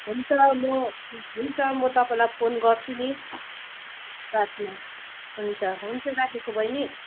हुन्छ म हुन्छ म तपाईँलाई फोन गर्छु नि बादमा हुन्छ हुन्छ राखेको बहिनी